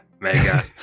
mega